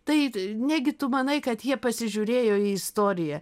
tai negi tu manai kad jie pasižiūrėjo į istoriją